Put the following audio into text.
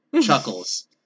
Chuckles